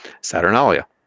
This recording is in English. Saturnalia